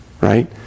right